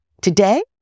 Today